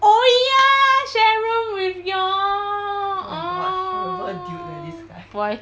oh ya share room with your boy